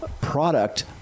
Product